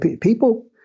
people